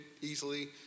easily